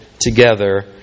together